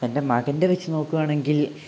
എൻ്റെ മകൻ്റെ വച്ച് നോക്കുവാണെങ്കിൽ